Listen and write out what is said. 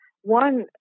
one